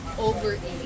overeating